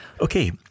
Okay